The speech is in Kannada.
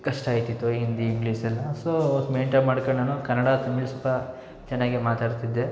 ಕಷ್ಟ ಆಗ್ತಿತ್ತು ಹಿಂದಿ ಇಂಗ್ಲೀಸೆಲ್ಲ ಸೋ ಮೈಂಟೇನ್ ಮಾಡಿಕೊಂಡು ನಾನು ಕನ್ನಡ ಚೆನ್ನಾಗಿಯೇ ಮಾತಾಡ್ತಿದ್ದೆ